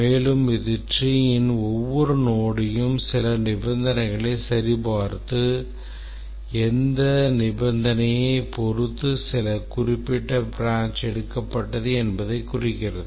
மேலும் இது treeன் ஒவ்வொரு nodeம் சில நிபந்தனைகளை சரிபார்த்து எந்த நிபந்தனையைப் பொறுத்து குறிப்பிட்ட branch எடுக்கப்பட்டது என்பதை குறிக்கிறது